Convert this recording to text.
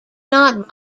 not